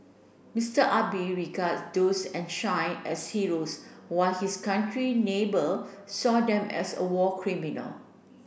Mister Abe regards those enshrine as heroes while his country's neighbour saw them as war criminals